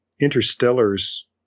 Interstellar's